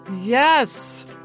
Yes